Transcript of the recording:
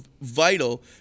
vital